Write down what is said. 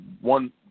one